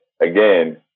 again